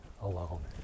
alone